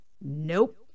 Nope